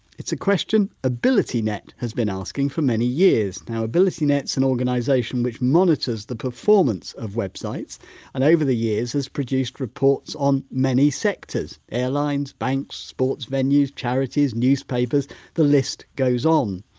it's a question abilitynet has been asking for many years. now abilitynet's an organisation which monitors the performance of websites and over the years has produced reports on many sectors airlines, banks, sports venues, charities newspapers the list goes on.